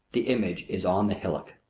the image is on the hillock.